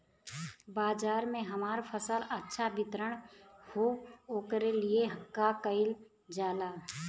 बाजार में हमार फसल अच्छा वितरण हो ओकर लिए का कइलजाला?